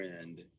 friend